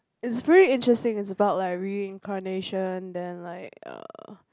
it's really interesting it's about like reincarnation then like uh